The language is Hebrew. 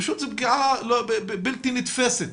פשוט זה פגיעה בלתי נתפסת,